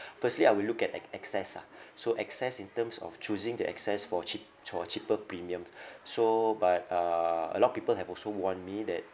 firstly I will look at an excess ah so excess in terms of choosing the excess for cheap cho~ uh cheaper premiums so but uh lot of people have also warned me that